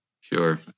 Sure